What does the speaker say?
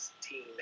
team